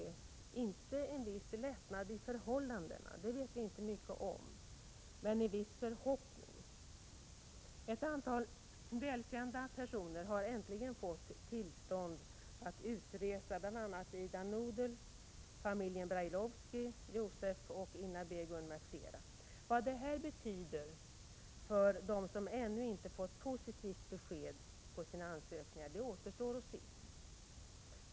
Det kan inte betecknas som en viss lättnad i förhållandena — det vet vi inte mycket om — men vi kan ändå skönja en viss förhoppning. Ett antal välkända personer har äntligen fått tillstånd till utresa, bl.a. Ida Nudel, familjen Brailovskij, Josef och Inna Begun. Vad detta betyder för dem som ännu inte har fått positivt besked på sina ansökningar återstår att se.